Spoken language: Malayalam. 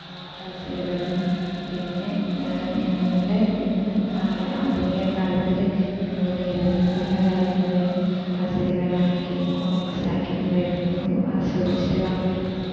പസിലുകളും പിന്നെ ഞങ്ങളുടെ ഇന്ന് കാല ആധുനിക കാലത്തിലെ ഞങ്ങൾ നേരിടുന്ന പല കാര്യങ്ങളെയും പസിലുകളാക്കിയും കൊമിക്സ് ആക്കിയിട്ടും വരുന്നതും ആസ്വദിച്ചിട്ട് വായിക്കുന്നുണ്ട്